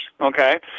okay